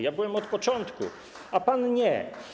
Ja byłem od początku, a pan - nie.